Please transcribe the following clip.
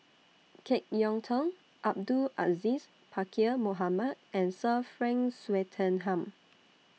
Jek Yeun Thong Abdul Aziz Pakkeer Mohamed and Sir Frank Swettenham